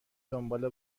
دنباله